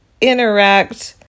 interact